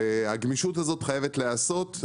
הגמישות הזו חייבת להיעשות.